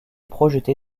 projeté